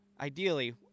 ideally